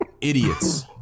idiots